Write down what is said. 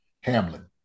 Hamlin